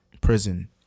Prison